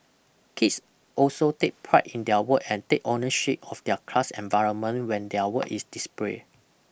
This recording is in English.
kids also take pride in their work and take ownership of their class environment when their work is displayed